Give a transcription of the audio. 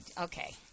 Okay